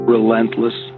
Relentless